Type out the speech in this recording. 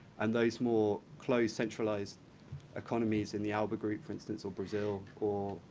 and those more closed, centralized economies in the alba group, for instance, or brazil or,